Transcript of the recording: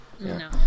No